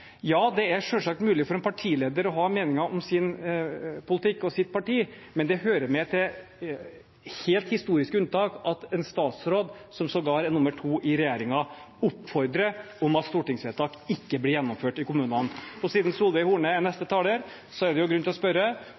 Det er selvsagt mulig for en partileder å ha meninger om sin politikk og sitt parti, men det hører med til helt historiske unntak at en statsråd, som sågar er nr. 2 i regjeringen, oppfordrer til at stortingsvedtak ikke blir gjennomført i kommunene. Siden Solveig Horne er neste taler, er det grunn til å spørre: